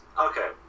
okay